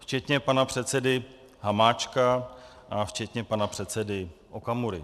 Včetně pana předsedy Hamáčka a včetně pana předsedy Okamury.